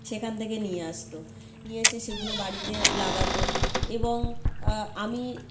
সেখানে থেকে নিয়ে আসত নিয়ে এসে সেগুলো বাড়িতে লাগাত এবং আমি